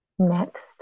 Next